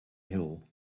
hill